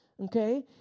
Okay